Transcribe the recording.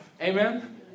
Amen